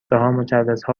مجوزها